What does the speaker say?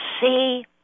see